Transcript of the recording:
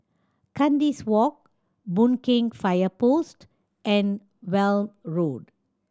Kandis Walk Boon Keng Fire Post and Welm Road